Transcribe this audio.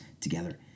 together